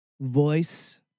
voice